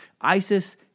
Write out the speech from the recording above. ISIS